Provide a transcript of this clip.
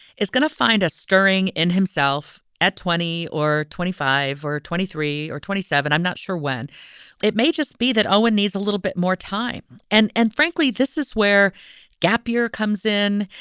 is going to find a stirring in himself at twenty or twenty five or twenty three or twenty seven. i'm not sure when it may just be that olwen needs a little bit more time. and and frankly, this is where gap year comes in,